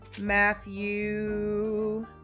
Matthew